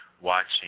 Watching